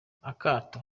akato